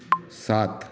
सात